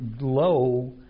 low